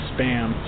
Spam